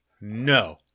no